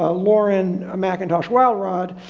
ah lauren mcintosh walrod,